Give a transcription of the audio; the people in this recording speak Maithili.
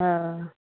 हऽ